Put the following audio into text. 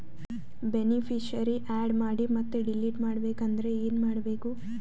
Beneficiary, add ಮಾಡಿ ಮತ್ತೆ delete ಮಾಡಬೇಕೆಂದರೆ ಏನ್ ಮಾಡಬೇಕು?